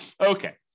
Okay